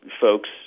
folks